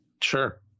Sure